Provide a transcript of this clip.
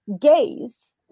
gaze